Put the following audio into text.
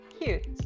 cute